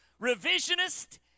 Revisionist